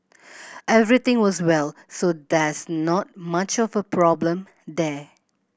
everything was well so there's not much of a problem there